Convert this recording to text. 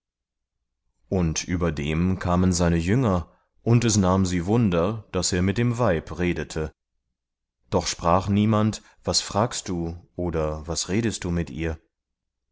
und über dem kamen seine jünger und es nahm sie wunder daß er mit dem weib redete doch sprach niemand was fragst du oder was redest du mit ihr